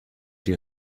die